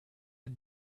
had